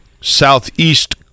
southeast